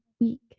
week